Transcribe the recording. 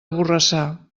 borrassà